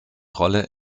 rolle